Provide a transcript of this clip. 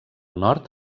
nord